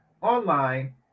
online